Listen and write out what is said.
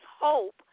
hope